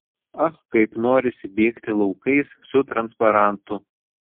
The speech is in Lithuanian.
ach kaip norisi bėgti laukais su transparantu